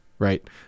Right